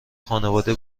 خانواده